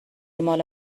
ماله